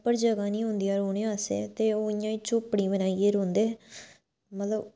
proper जगह् नी होंदियां रौह्ने आस्तै ते ओह् इ'यां झोंपडी बनाइयै रौंह्दे मतलब